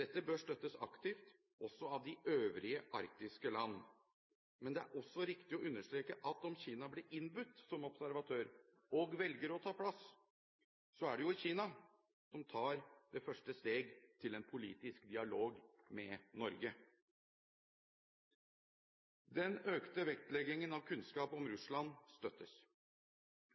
Dette bør støttes aktivt også av de øvrige arktiske land. Men det er også riktig å understreke at om Kina blir innbudt som observatør, og velger å ta plass, er det jo Kina som tar det første steg til en politisk dialog med Norge. Den økte vektleggingen av kunnskap om Russland støttes.